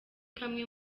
kamwe